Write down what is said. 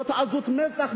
זו עזות מצח,